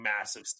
massive